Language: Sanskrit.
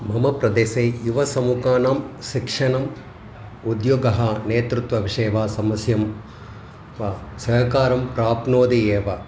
मम प्रदेशे युवसमूहानां शिक्षणम् उद्योगः नेतृत्वविषये वा समस्याः वा सहकारं प्राप्नोति एव